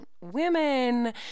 Women